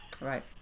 Right